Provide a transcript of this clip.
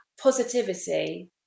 positivity